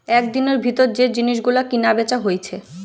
একদিনের ভিতর যে জিনিস গুলো কিনা বেচা হইছে